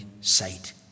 sight